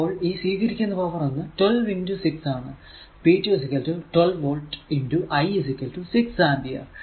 അപ്പോൾ ഈ സ്വീകരിക്കുന്ന പവർ എന്നത് 12 6 ആണ് p 2 12 വോൾട് I 6 ആമ്പിയർ